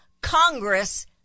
Congress